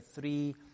three